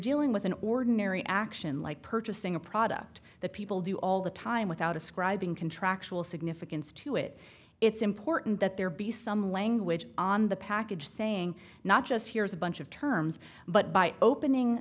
dealing with an ordinary action like purchasing a product that people do all the time without ascribing contractual significance to it it's important that there be some language on the package saying not just here's a bunch of terms but by opening